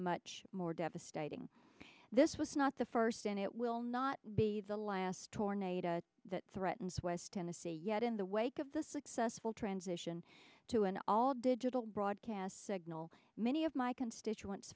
much more devastating this was not the first and it will not be the last tornado that threatens west tennessee yet in the wake of the successful transition to an all digital broadcast signal many of my constituents